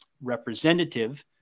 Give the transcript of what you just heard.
representative